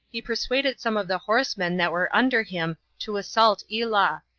he persuaded some of the horsemen that were under him to assault elah,